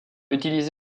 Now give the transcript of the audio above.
utilisé